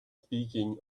speaking